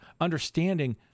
understanding